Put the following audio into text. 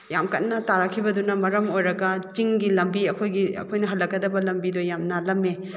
ꯌꯥꯝ ꯀꯟꯅ ꯇꯥꯔꯛꯈꯤꯕꯗꯨꯅ ꯃꯔꯝ ꯑꯣꯏꯔꯒ ꯆꯤꯡꯒꯤ ꯂꯝꯕꯤ ꯑꯩꯈꯣꯏꯒꯤ ꯑꯩꯈꯣꯏꯅ ꯍꯜꯂꯛꯀꯗꯕ ꯂꯝꯕꯤꯗꯣ ꯌꯥꯝ ꯅꯥꯜꯂꯝꯃꯦ